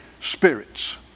spirits